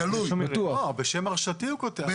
לא, הוא כותב בשם מרשתי.